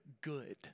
good